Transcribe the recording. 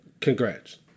Congrats